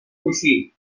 coixí